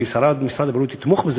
אם משרד הבריאות יתמוך בזה,